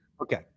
okay